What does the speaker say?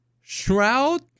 Shroud